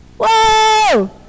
Whoa